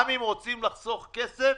גם אם רוצים לחסוך כסף,